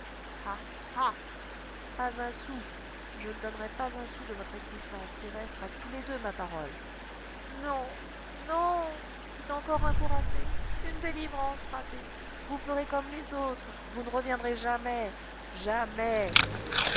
pas un sou je ne donnerais pas un sou de votre existence terrestre à tous les deux ma parole non non c'est encore un coup raté une délivrance ratée vous ferez comme les autres vous ne reviendrez jamais jamais